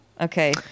okay